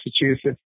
Massachusetts